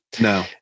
No